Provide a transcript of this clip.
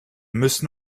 müssen